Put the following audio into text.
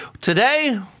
Today